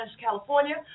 California